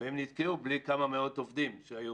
והם נתקעו בלי כמה מאות עובדים שהיו